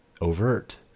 overt